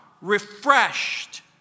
refreshed